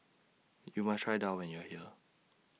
YOU must Try Daal when YOU Are here